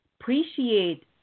Appreciate